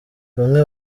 bamwe